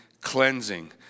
cleansing